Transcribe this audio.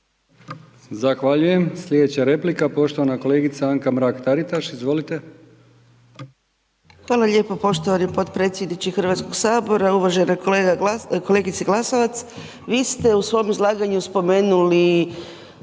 Zahvaljujem. Slijedeća replika poštovana kolegica Anka Mrak-Taritaš, izvolite. **Mrak-Taritaš, Anka (GLAS)** Hvala lijepo poštovani potpredsjedniče HS. Uvažena kolegice Glasovac, vi ste u svom izlaganju spomenuli